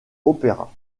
opéras